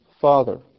Father